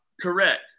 Correct